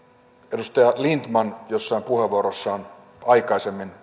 edustaja lindtman jossain puheenvuorossaan aikaisemmin